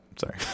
Sorry